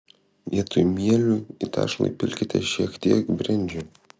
vietoj mielių į tešlą įpilkite šiek tiek brendžio